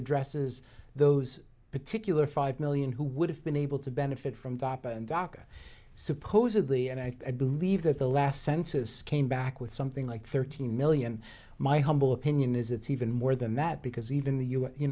addresses those particular five million who would have been able to benefit from top and dhaka supposedly and i believe that the last census came back with something like thirteen million my humble opinion is it's even more than that because even the